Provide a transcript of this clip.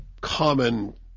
common